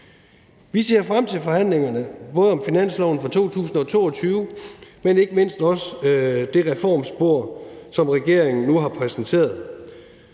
Vi ser frem til forhandlingerne både om finansloven for 2022, men ikke mindst også om det reformspor, som regeringen nu har præsenteret.